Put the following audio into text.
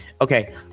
Okay